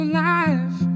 life